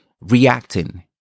reacting